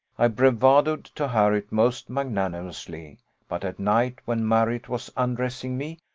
i bravadoed to harriot most magnanimously but at night, when marriott was undressing me,